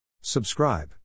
subscribe